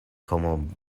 como